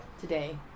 today